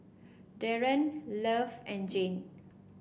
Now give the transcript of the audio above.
Darron Love and Jane